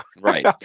right